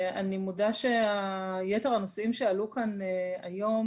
אני מודה שיתר הנושאים שעלו כאן היום,